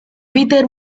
bitter